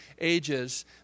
ages